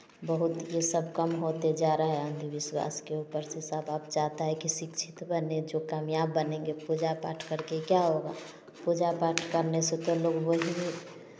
बहुत ये सब कम होते जा रहे हैं अंधविश्वास के ऊपर से सब आप चाहता है कि शिक्षित बने जो कामयाब बनेंगे पूजा पाठ करके क्या होगा पूजा पाठ करने से तो